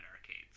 arcades